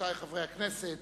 רבותי חברי הכנסת,